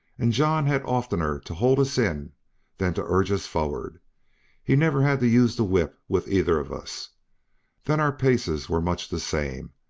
and john had oftener to hold us in than to urge us forward he never had to use the whip with either of us then our paces were much the same,